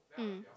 mm